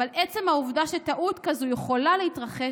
אבל עצם העובדה שטעות כזאת יכולה להתרחש